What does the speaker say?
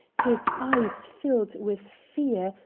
his eyes filled with fear,